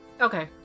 Okay